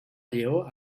lleó